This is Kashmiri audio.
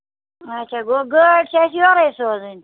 اچھا گوٚو گٲڑۍ چھےٚ اَسہِ یوٚرے سوزٕنۍ